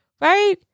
right